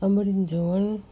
अमिड़ीनि जो वण